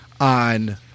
on